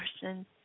person